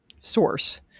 source